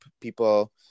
people